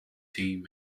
team